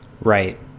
right